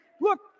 look